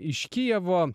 iš kijevo